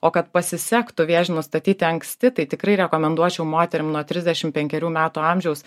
o kad pasisektų vėžį nustatyti anksti tai tikrai rekomenduočiau moterim nuo trisdešim penkerių metų amžiaus